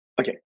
Okay